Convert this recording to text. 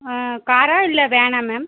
காரா இல்லை வேனா மேம்